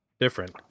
different